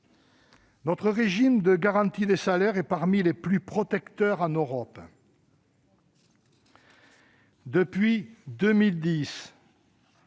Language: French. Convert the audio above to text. Notre régime de garantie des salaires est parmi les plus protecteurs en Europe. Depuis 2010,